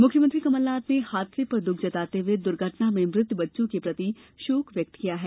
मुख्यमंत्री कमलनाथ ने हादसे पर दुख जताते हुए द्घटना में मृत बच्चों के प्रति शोक व्यक्त किया है